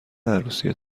عروسی